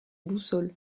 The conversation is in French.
boussole